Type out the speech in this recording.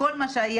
כתוב שהיא